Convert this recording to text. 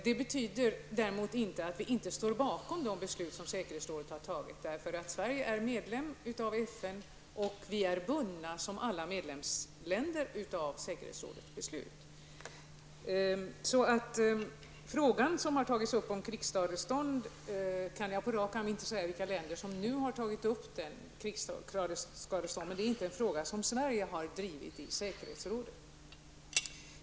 Det betyder däremot inte att Sverige inte står bakom de beslut som säkerhetsrådet har fattat. Sverige är medlem av FN, och vi är som alla andra medlemsländer bundna av säkerhetsrådets beslut. Jag kan inte, som sagt, inte på rak arm säga vilka länder som har aktualiserat frågan om krigsskadestånd, men det är inte en fråga som Sverige har drivit.